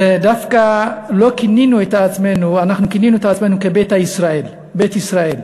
אנחנו כינינו את עצמנו "ביתא ישראל", בית-ישראל.